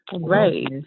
right